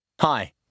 hi